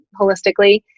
holistically